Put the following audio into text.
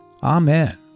Amen